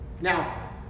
Now